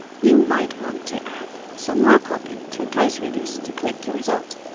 you might want to add some more copy to entice readers to click your result.